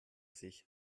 sich